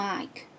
Mike